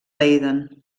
leiden